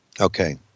Okay